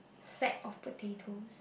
sack of potatoes